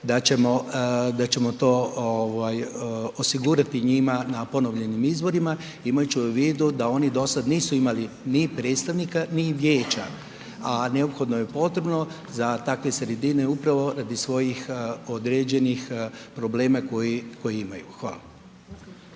a ćemo to ovaj osigurati njima na ponovljenim izborima imajući u vidu da oni do sada nisu imali ni predstavnika, ni vijeća, a neophodno je potrebno za takve sredine upravo radi svojih određenih problema koje imaju. Hvala.